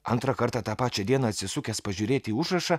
antrą kartą tą pačią dieną atsisukęs pažiūrėti į užrašą